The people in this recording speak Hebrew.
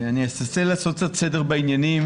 אני אנסה לעשות קצת סדר בעניינים,